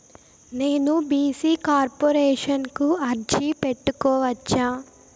నేను BC corporation కు అర్జీ పెట్టుకోవచ్చా?